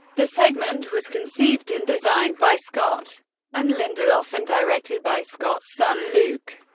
the segment was conceived and designed by scott and lindelof, and directed by scott's son, luke.